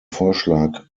vorschlag